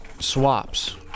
Swaps